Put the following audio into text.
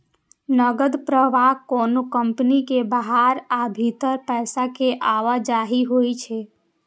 नकद प्रवाह कोनो कंपनी के बाहर आ भीतर पैसा के आवाजही होइ छै